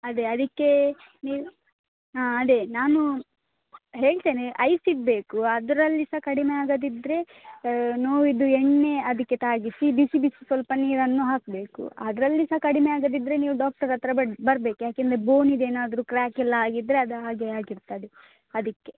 ಅದೇ ಅದಕ್ಕೆ ನೀವು ಅದೇ ನಾನು ಹೇಳ್ತೇನೆ ಐಸ್ ಇಡಬೇಕು ಅದರಲ್ಲಿ ಸಹ ಕಡಿಮೆ ಆಗದಿದ್ದರೆ ನೋವಿದ್ದು ಎಣ್ಣೆ ಅದಕ್ಕೆ ತಾಗಿಸಿ ಬಿಸಿ ಬಿಸಿ ಸ್ವಲ್ಪ ನೀರನ್ನು ಹಾಕಬೇಕು ಅದರಲ್ಲಿ ಸಹ ಕಡಿಮೆ ಆಗದಿದ್ದರೆ ನೀವು ಡಾಕ್ಟರ್ ಹತ್ರ ಬನ್ನಿ ಬರ್ಬೇಕು ಏಕೆಂದ್ರೆ ಬೋನಿದ್ದು ಏನಾದರೂ ಕ್ರಾಕ್ ಎಲ್ಲ ಆಗಿದ್ದರೆ ಅದು ಹಾಗೆ ಆಗಿರ್ತದೆ ಅದಕ್ಕೆ